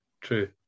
true